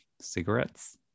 cigarettes